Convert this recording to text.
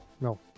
No